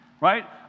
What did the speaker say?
right